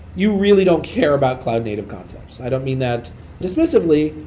you really don't care about cloud native concepts. i don't mean that dismissively.